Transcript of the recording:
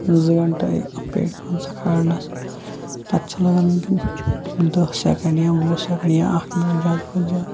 زٕ گَنٹے پیٹھۍ پَنٛژَہ کھالنَس تَتھ چھِ لَگان دَہ سیٚکَنٛڈ یا وُہ سیٚکَنٛڈ یا اکھ مِنَٹ زیادٕ کھۄتہٕ زیادٕ